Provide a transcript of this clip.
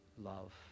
love